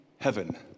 heaven